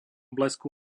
blesku